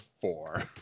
four